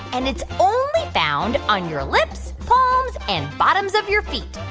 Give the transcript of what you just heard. and it's only found on your lips, palms and bottoms of your feet.